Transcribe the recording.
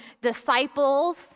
disciples